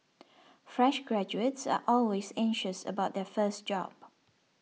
fresh graduates are always anxious about their first job